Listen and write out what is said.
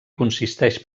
consisteix